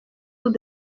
tout